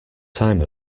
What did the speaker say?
time